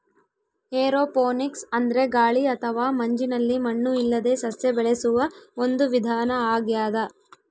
aeroponics ಅಂದ್ರೆ ಗಾಳಿ ಅಥವಾ ಮಂಜಿನಲ್ಲಿ ಮಣ್ಣು ಇಲ್ಲದೇ ಸಸ್ಯ ಬೆಳೆಸುವ ಒಂದು ವಿಧಾನ ಆಗ್ಯಾದ